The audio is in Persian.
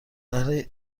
اهل